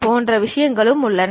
வேறு விஷயங்களும் உள்ளன